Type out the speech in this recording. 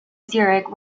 zurich